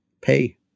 pay